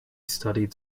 studied